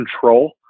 control